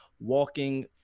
walking